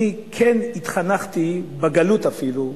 אני כן התחנכתי, בגלות אפילו,